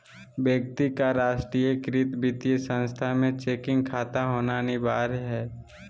व्यक्ति का राष्ट्रीयकृत वित्तीय संस्थान में चेकिंग खाता होना अनिवार्य हइ